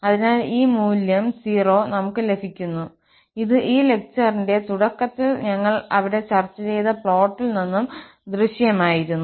അതിനാൽ ഈ മൂല്യം 0 നമുക്ക് ലഭിക്കുന്നു ഇത് ഈ ലെക്ചറിന്റെ തുടക്കത്തിൽ ഞങ്ങൾ അവിടെ ചർച്ച ചെയ്ത പ്ലോട്ടിൽ നിന്നും ദൃശ്യമായിരുന്നു